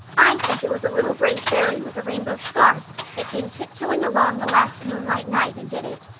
i think it was a little gray fairy with a rainbow scarf that came tiptoeing along the last moonlight night and did it.